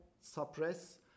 suppress